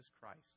Christ